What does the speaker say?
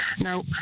now